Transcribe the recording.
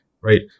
right